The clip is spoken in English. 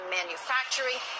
manufacturing